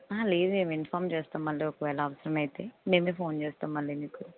లేదు మేం ఇన్ఫామ్ చేస్తాం మళ్ళీ ఒకవేళ అవసరమైతే మేమే ఫోన్ చేస్తాం మళ్ళీ మీకు